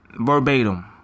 verbatim